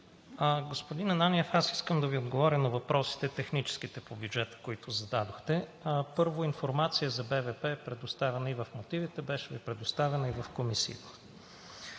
Господин Ананиев, аз искам да Ви отговоря на техническите въпроси по бюджета, които зададохте. Първо, информация за БВП е предоставена и в мотивите, беше Ви предоставена и в комисиите.